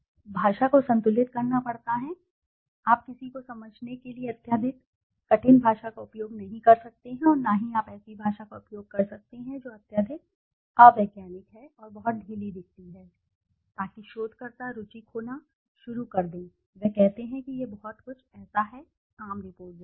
संतुलित भाषा को संतुलित करना पड़ता है आप किसी को समझने के लिए अत्यधिक कठिन भाषा का उपयोग नहीं कर सकते हैं और न ही आप ऐसी भाषा का उपयोग कर सकते हैं जो अत्यधिक अवैज्ञानिक है और बहुत ढीली दिखती है ताकि शोधकर्ता रुचि खोना शुरू कर दे वह कहते हैं कि यह बहुत कुछ ऐसा है आम रिपोर्ट